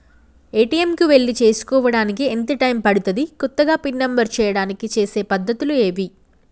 ATM కు వెళ్లి చేసుకోవడానికి ఎంత టైం పడుతది? కొత్తగా పిన్ నంబర్ చేయడానికి చేసే పద్ధతులు ఏవి?